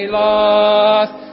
lost